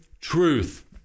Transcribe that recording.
truth